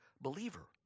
believer